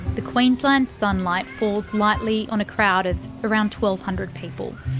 the queensland sunlight falls lightly on a crowd of around twelve hundred people.